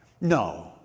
No